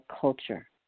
culture